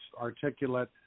articulate